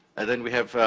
and then we have,